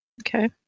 Okay